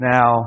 Now